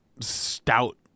stout